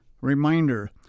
Reminder